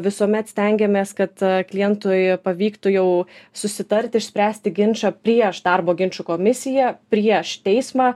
visuomet stengiamės kad klientui pavyktų jau susitarti išspręsti ginčą prieš darbo ginčų komisiją prieš teismą